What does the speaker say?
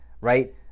right